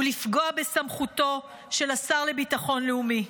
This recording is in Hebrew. ולפגוע בסמכותו של השר לביטחון לאומי.